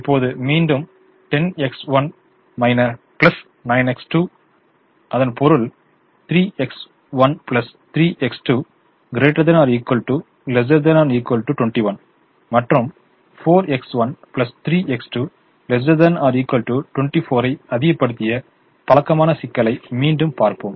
இப்போது மீண்டும் 10X1 9X2 பொருள் 3X1 3X2 ≥≤ 21 மற்றும் 4X1 3X2 ≤ 24 ஐ அதிகப்படுத்திய பழக்கமான சிக்கலை மீண்டும் பார்ப்போம்